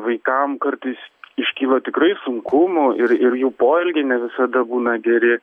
vaikam kartais iškyla tikrai sunkumų ir ir jų poelgiai ne visada būna geri